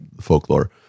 folklore